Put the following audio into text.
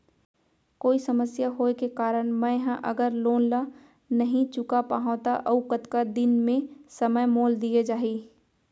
कोई समस्या होये के कारण मैं हा अगर लोन ला नही चुका पाहव त अऊ कतका दिन में समय मोल दीये जाही?